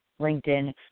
LinkedIn